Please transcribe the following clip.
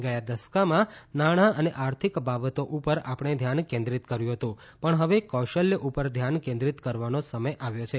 ગયા દસકામાં નાણાં અને આર્થિક બાબતો ઉપર આપણે ધ્યાન કેન્દ્રિત કર્યું હતું પણ હવે કૌશલ્ય ઉપર ધ્યાન કેન્દ્રિત કરવાનો સમય આવ્યો છે